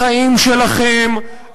החיים שלכם,